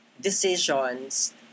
decisions